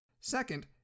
Second